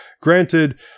Granted